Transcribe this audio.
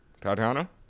Tatiana